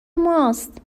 ماست